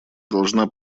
должна